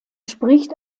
spricht